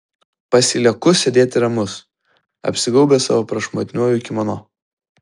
pasilieku sėdėti ramus apsigaubęs savo prašmatniuoju kimono